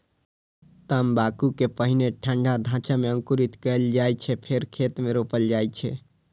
तंबाकू कें पहिने ठंढा ढांचा मे अंकुरित कैल जाइ छै, फेर खेत मे रोपल जाइ छै